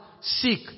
seek